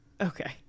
okay